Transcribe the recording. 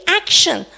action